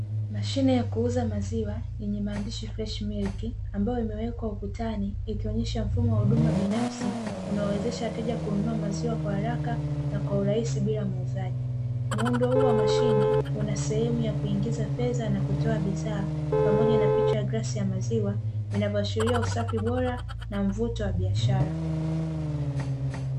Mashine ya kuuza maziwa yenye maandishi "FRESH MILK", ambayo imewekwa ukutani ikionyesha mfumo wa huduma binafsi unaowezesha wateja kununua maziwa kwa haraka na kwa urahisi bila muuzaji. Muundo huu wa mashine una sehemu ya kuingiza fedha na kutoa bidhaa, pamoja na picha ya glasi ya maziwa vinavyoashiria usafi bora na mvuto wa biashara.